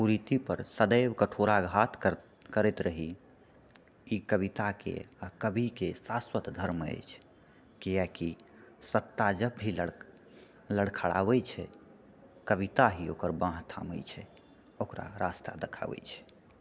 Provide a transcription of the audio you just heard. कुरीति पर सदैव कठोराघात करैत करैत रहि ई कविताके आओर कविके शास्वत धर्म अछि किआकि सत्ता जब भी लड़खड़ा लड़खड़ाबए छै कविता ही ओकर बाँह थामए छै ओकरा रास्ता देखाबए छै